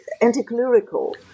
anti-clerical